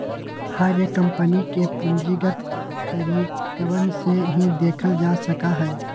हर एक कम्पनी के पूंजीगत तरीकवन से ही देखल जा सका हई